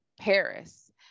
Paris